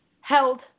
held